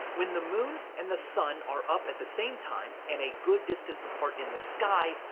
when the moon and the sun are up at the same time, and a good distance apart in the sky,